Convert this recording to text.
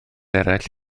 eraill